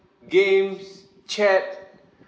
games chat